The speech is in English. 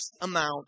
amount